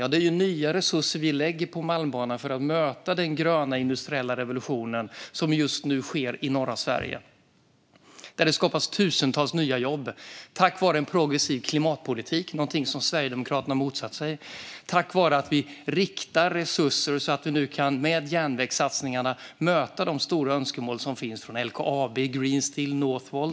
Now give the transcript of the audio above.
Vi ger nya resurser till Malmbanan för att möta den gröna industriella revolution som just nu sker i norra Sverige. Där skapas tusentals nya jobb tack vare en progressiv klimatpolitik, som Sverigedemokraterna har motsatt sig, tack vare att vi riktar resurser så att vi med järnvägssatsningarna kan möta de stora önskemål som finns från LKAB, Green Steel och Northvolt.